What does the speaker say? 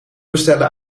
bestellen